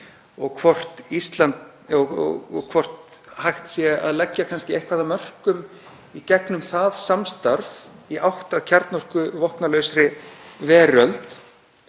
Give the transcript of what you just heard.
og hvort hægt sé að leggja eitthvað af mörkum í gegnum það samstarf í átt að kjarnorkuvopnalausri veröld